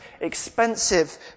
expensive